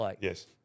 Yes